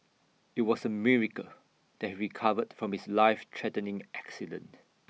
IT was A miracle that he recovered from his life threatening accident